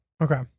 Okay